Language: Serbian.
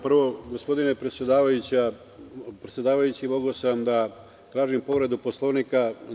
Prvo, gospodine predsedavajući, mogao sam da tražim povredu Poslovnika.